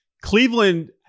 Cleveland